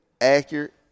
accurate